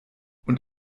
und